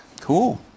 Cool